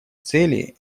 цели